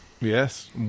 Yes